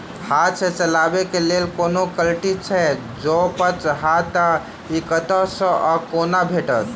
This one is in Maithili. हाथ सऽ चलेबाक लेल कोनों कल्टी छै, जौंपच हाँ तऽ, इ कतह सऽ आ कोना भेटत?